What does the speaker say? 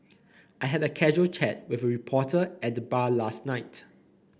I had a casual chat with a reporter at the bar last night